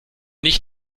nicht